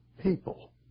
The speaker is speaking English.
people